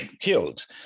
killed